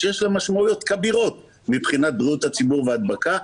שיש לה משמעויות כבירות מבחינת בריאות הציבור והדבקה,